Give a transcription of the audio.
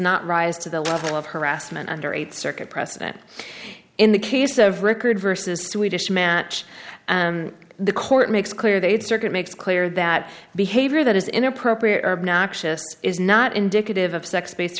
not rise to the level of harassment under eight circuit precedent in the case of record versus swedish match the court makes clear they'd circuit makes clear that behavior that is inappropriate noxious is not indicative of sex based